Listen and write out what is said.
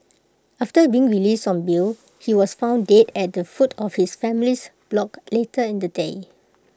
after being released on bail he was found dead at the foot of his family's block later in the day